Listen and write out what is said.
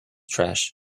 trash